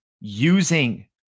using